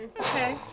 Okay